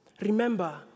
Remember